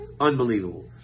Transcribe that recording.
Unbelievable